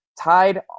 tied